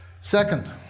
Second